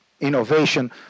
innovation